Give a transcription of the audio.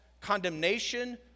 condemnation